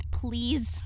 please